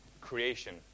creation